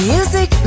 Music